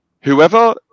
whoever